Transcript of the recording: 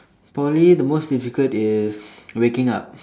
Poly the most difficult is waking up